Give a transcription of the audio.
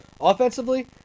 offensively